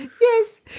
Yes